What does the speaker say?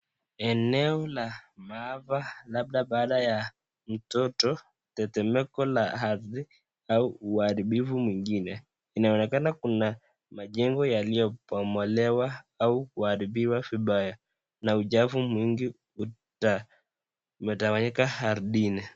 Eneo la maafa labda baada ya tetemeko la ardhi au uharibifu mwingine inaonekana kuna majengo yaliyobomolewa au kuharibiwa vibaya na uchafu nmwingi umetawanyika ardhini.